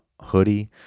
hoodie